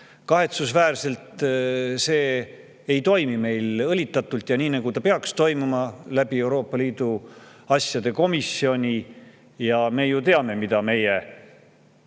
Kahetsusväärselt ei toimu see õlitatult ja nii, nagu ta peaks toimuma – läbi Euroopa Liidu asjade komisjoni. Me teame, mida meie